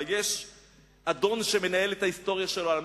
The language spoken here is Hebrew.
אבל יש אדון שמנהל את ההיסטוריה של העם,